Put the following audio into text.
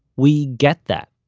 we get that.